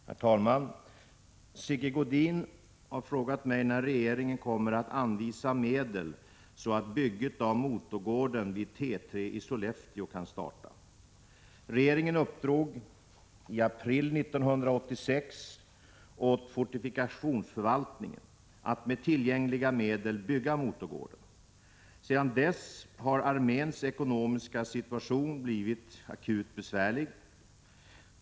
Herr talman! Sigge Godin har frågat mig när regeringen kommer att anvisa medel så att bygget av motorgården vid T 3 i Sollefteå kan starta. Regeringen uppdrog i april 1986 åt fortifikationsförvaltningen att med tillgängliga medel bygga motorgården. Sedan dess har arméns ekonomiska situation blivit akut besvärlig.